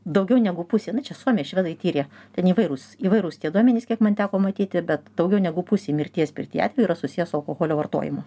daugiau negu pusė na čia suomiai ir švedai tyrė ten įvairūs įvairūs tie duomenys kiek man teko matyti bet daugiau negu pusė mirties pirty atvejų yra susiję su alkoholio vartojimu